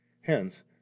Hence